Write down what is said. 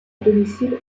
domicile